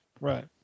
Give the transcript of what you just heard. Right